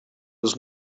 was